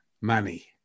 money